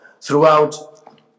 throughout